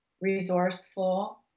Resourceful